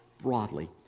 broadly